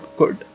good